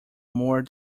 more